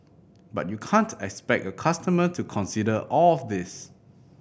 but you can't expect a customer to consider all of this